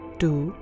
two